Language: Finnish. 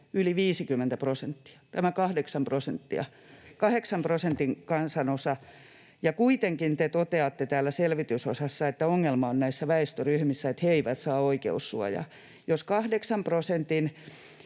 Käsittämätöntä!] tämä 8 prosentin kansanosa. Kuitenkin te toteatte täällä selvitysosassa, että ongelma on siinä, että nämä väestöryhmät eivät saa oikeus-suojaa. Jos 8 prosentin